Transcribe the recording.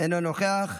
אינו נוכח.